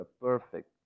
Perfect